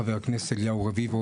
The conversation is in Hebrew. חבר הכנסת אליהו רביבו,